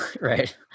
Right